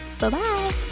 Bye-bye